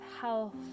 health